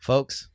Folks